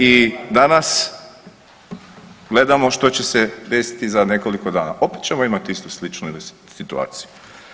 I danas gledamo što će se desiti za nekoliko dana, opće ćemo imati istu, sličnu ili situaciju.